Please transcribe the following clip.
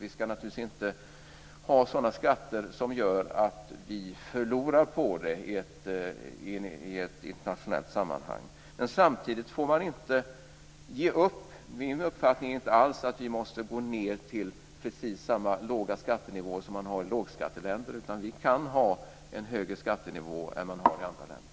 Vi ska naturligtvis inte ha sådana skatter som gör att vi förlorar på det i ett internationellt sammanhang. Samtidigt får man inte ge upp. Min uppfattning är inte alls att vi måste gå ned till precis samma låga skattenivåer som man har i lågskatteländer, utan vi kan ha en högre skattenivå än man har i andra länder.